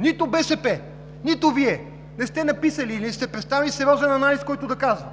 Нито БСП, нито Вие сте написали или представили сериозен анализ, който да казва,